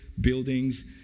buildings